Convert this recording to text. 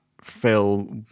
Phil